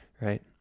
right